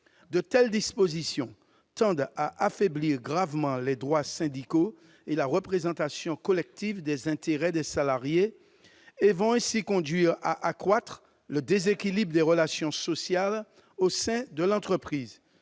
De telles dispositions tendent à affaiblir gravement les droits syndicaux et la représentation collective des intérêts des salariés et vont ainsi conduire à accroître le déséquilibre des relations sociales au sein de l'entreprise.